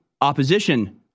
opposition